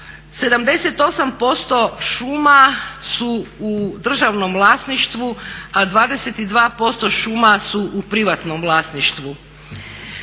78% šuma su u državnom vlasništvu a 22% šuma su u privatnom vlasništvu.